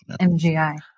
MGI